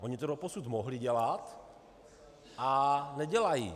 Ony to doposud mohly dělat a nedělají.